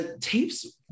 tapes